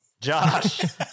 josh